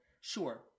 sure